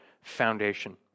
foundation